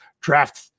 draft